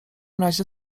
razie